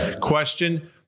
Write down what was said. question